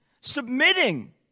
submitting